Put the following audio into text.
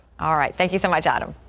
all right thank you so much adam.